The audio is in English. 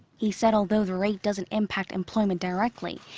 he said although the rate doesn't impact employment directly.